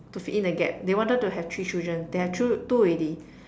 to fit in the gap they wanted to have three children they had thr~ two already